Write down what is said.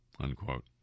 unquote